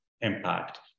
impact